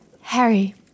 Harry